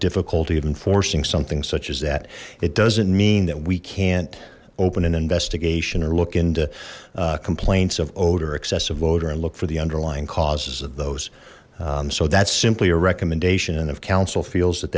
difficulty of enforcing something such as that it doesn't mean that we can't open an investigation or look into complaints of odor excessive voter and look for the underlying causes of those so that's simply a recommendation and if counsel feels that